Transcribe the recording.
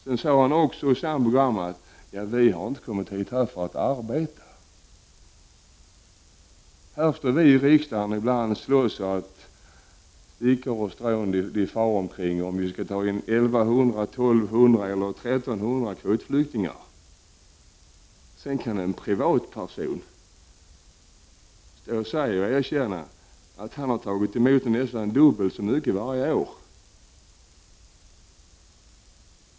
Sedan sade han i samma program: Vi har inte kommit hit för att arbeta. Här står vi i riksdagen ibland och slåss så att stickor och strån far omkring om huruvida Sverige skall ta emot 1 100, 1 200 eller 1 300 kvotflyktingar, samtidigt som en privatperson öppet kan säga att han har tagit hit nästan dubbelt så många varje år!